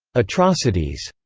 atrocities,